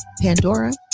pandora